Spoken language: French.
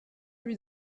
lui